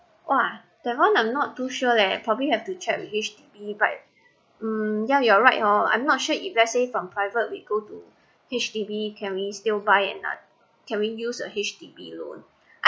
!wah! that one I'm not too sure leh probably have to check H_D_B but hmm yeah you are right hor I'm not sure if let's say from private we go to H_D_B can we still buy it or not can we use a H_D_B loan